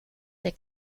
der